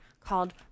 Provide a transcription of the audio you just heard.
called